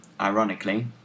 ironically